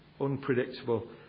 unpredictable